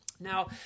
Now